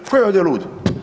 Ko je ovdje lud?